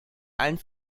allen